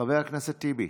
חבר הכנסת טיבי,